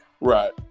Right